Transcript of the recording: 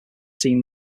seen